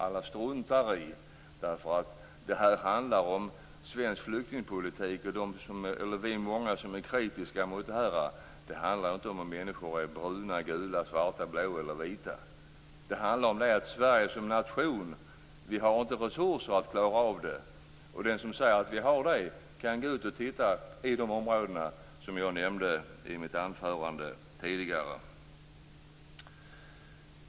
Alla struntar i den därför att det handlar om svensk flyktingpolitik. Vi är många som är kritiska mot den. Det handlar inte om människor är bruna, gula, svarta, blå eller vita. Det handlar om ett Sverige som nation. Vi har inte resurser att klara av det. De som säger att vi har det kan gå ut och titta i de områden som jag nämnde i mitt anförande tidigare.